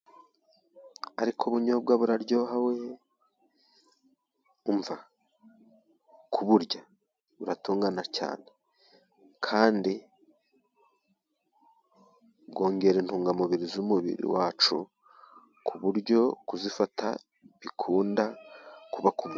Ariko ubunyobwa buryoha we umva, kuburya buratungana cyane, kandi bwongera itungamubiri z'umubiri wacu, ku buryo kuzifata bikunda kubakunda.